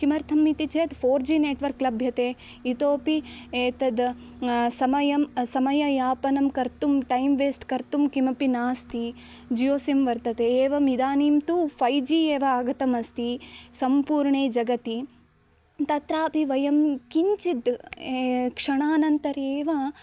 किमर्थम् इति चेत् फ़ोर् जि नेट्वर्क् लभ्यते इतोऽपि एतद् समयं समयापनं कर्तुं टैं वेस्ट् कर्तुं किमपि नास्ति जियो सिं वर्तते एवम् इदानीं तु फ़ै जि एव आगतम् अस्ति सम्पूर्णे जगति तत्रापि वयं किञ्चित् ए क्षणानन्तरेव